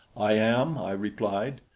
i am, i replied.